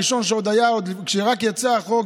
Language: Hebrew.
הראשון שהיה כשרק יצא החוק,